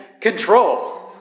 control